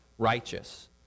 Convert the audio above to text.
righteous